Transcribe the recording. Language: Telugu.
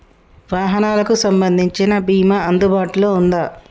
వాహనాలకు సంబంధించిన బీమా అందుబాటులో ఉందా?